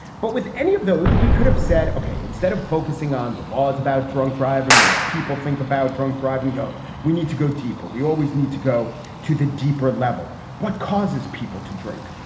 but with any of those, we could have said, ok. instead of focusing on the laws about drunk driving or what people think about drunk driving, go. we need to go deeper. we always need to go to the deeper level. what causes people to drink,